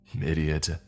Idiot